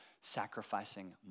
sacrificing